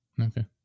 Okay